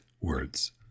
words